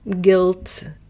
guilt